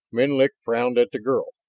menlik frowned at the girl.